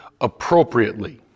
appropriately